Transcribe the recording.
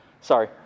sorry